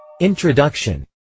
Introduction